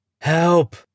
Help